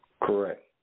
Correct